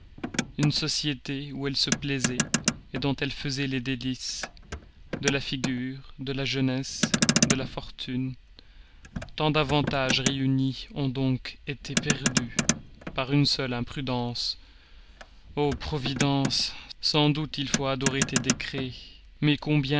une société où elle se plaisait dont elle faisait les délices de la figure de la jeunesse de la fortune tant d'avantages réunis ont été perdus par une seule imprudence o providence sans doute il faut adorer tes décrets mais combien